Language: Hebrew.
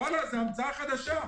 וואלה, זו המצאה חדשה.